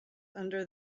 under